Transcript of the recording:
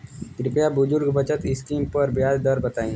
कृपया बुजुर्ग बचत स्किम पर ब्याज दर बताई